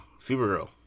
Supergirl